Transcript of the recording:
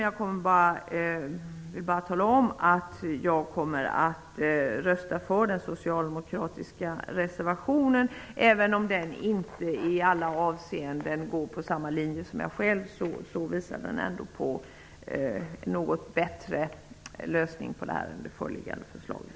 Jag vill bara tala om att jag kommer att rösta för den socialdemokratiska reservationen. Även om den inte i alla avseenden följer den linje som jag förespråkar visar den ändå på en något bättre lösning än det föreliggande förslaget.